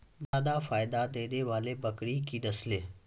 जादा फायदा देने वाले बकरी की नसले?